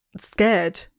scared